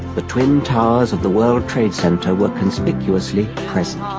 the twin towers of the world trade center were conspicuously present